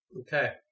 okay